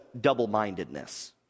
double-mindedness